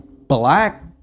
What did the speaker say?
black